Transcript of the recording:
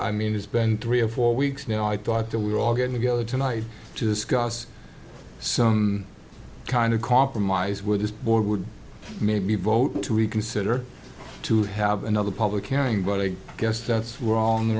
i mean it's been three or four weeks now i thought that we were all getting together tonight to discuss some kind of compromise with this board would maybe vote to reconsider to have another public hearing but i guess that's wrong